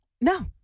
No